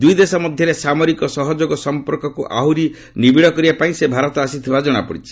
ଦୁଇ ଦେଶ ମଧ୍ୟରେ ସାମରିକ ସହଯୋଗ ସମ୍ପର୍କକୁ ଆହୁରି ମଜଭୁତ କରିବା ପାଇଁ ସେ ଭାରତ ଆସିଥିବା ଜଣାପଡ଼ିଛି